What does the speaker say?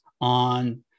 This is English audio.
on